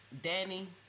Danny